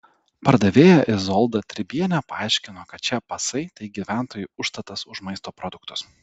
pardavėja izolda tribienė paaiškino kad šie pasai tai gyventojų užstatas už maisto produktus